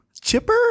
chipper